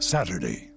Saturday